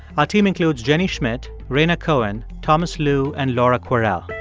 our team includes jenny schmidt, rhaina cohen, thomas lu and laura kwerel.